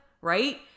right